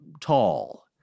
tall